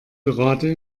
gerade